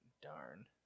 Darn